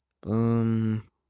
Boom